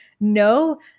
no